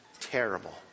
Terrible